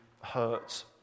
hurt